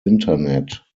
internet